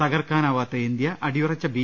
തകർക്കാനാവാത്ത ഇന്ത്യ അടിയുറച്ച ബി